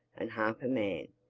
and half a man.